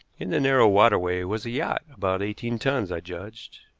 in the narrow waterway was a yacht, about eighteen tons, i judged.